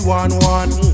one-one